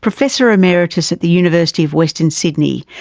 professor emeritus at the university of western sydney,